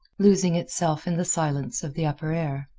losing itself in the silence of the upper air.